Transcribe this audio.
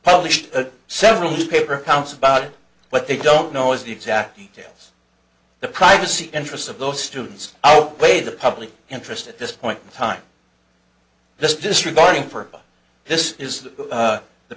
published several newspaper accounts about it but they don't know if the exact details the privacy interests of those students outweigh the public interest at this point in time this disregarding for this is that the